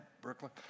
Brooklyn